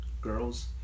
girls